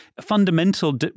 fundamental